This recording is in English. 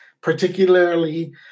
particularly